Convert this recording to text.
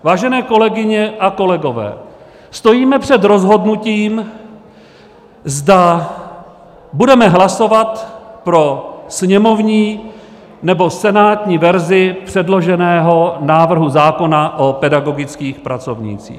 Vážené kolegyně a kolegové, stojíme před rozhodnutím, zda budeme hlasovat pro sněmovní, nebo senátní verzi předloženého návrhu zákona o pedagogických pracovnících.